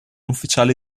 ufficiale